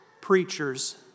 preachers